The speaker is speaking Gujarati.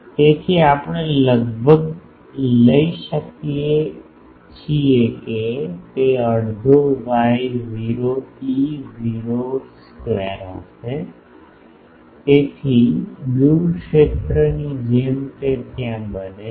તેથી આપણે લગભગ લઈ શકીએ છીએ કે તે અડધો વાય 0 ઇ 0 સ્કવેર હશે તેથી દૂર ક્ષેત્રની જેમ તે ત્યાં બને છે